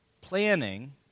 planning